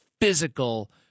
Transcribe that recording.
physical